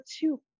two